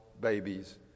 babies